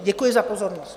Děkuji za pozornost.